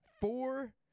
four